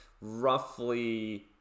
roughly